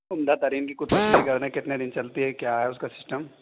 عمدہ ترین کی کچھ تشریح کر دیں کتنے دن چلتی ہے کیا ہے اس کا سسٹم